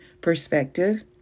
perspective